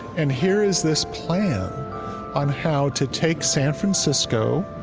and here is this plan on how to take san francisco,